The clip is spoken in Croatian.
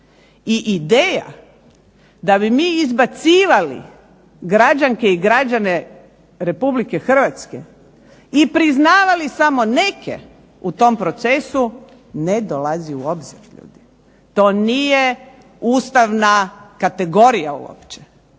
I ideja da bi mi izbacivali građanke i građane Republike Hrvatske i priznavali samo neke u tom procesu ne dolazi u obzir ljudi, to nije Ustavna kategorija uopće.